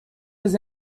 his